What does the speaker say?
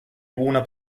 una